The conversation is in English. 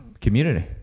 community